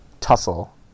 tussle